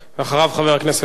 ואחריו חבר הכנסת חנין,